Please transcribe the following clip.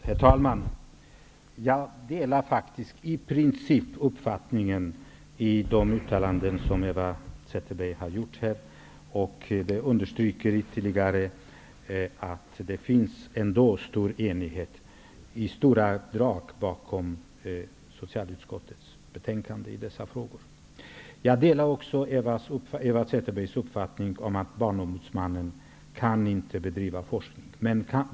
Herr talman! Jag delar faktiskt i princip uppfattningen i de uttalanden som Eva Zetterberg har gjort här. Jag vill ytterligare understryka att det ändock finns en enighet i stora drag bakom socialutskottets betänkande i dessa frågor. Jag delar också Eva Zetterbergs uppfattning att Barnombudsmannen inte kan bedriva forskning.